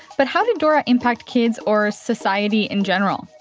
but how did dora impact kids or society in general?